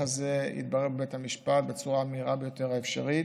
הזה יתברר בבית המשפט בצורה המהירה ביותר האפשרית,